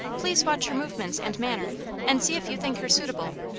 please watch her movements and manner and see if you think her suitable.